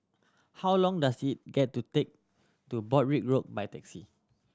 how long does it get to take to Broadrick Road by taxi